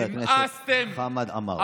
לחבר הכנסת חמד עמאר.